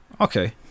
Okay